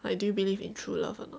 like do you believe in true love or not